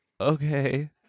okay